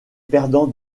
perdants